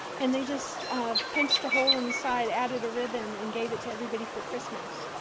and they just punched a hole in the side, added a ribbon, and gave it to everybody for christmas.